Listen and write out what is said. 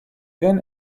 then